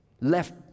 left